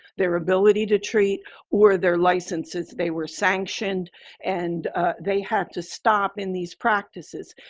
their ability to treat or their licenses, they were sanctioned and they have to stop in these practices.